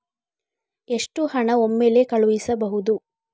ಎಷ್ಟು ಹಣ ಒಮ್ಮೆಲೇ ಕಳುಹಿಸಬಹುದು?